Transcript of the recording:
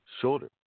shoulder